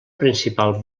principal